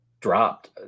dropped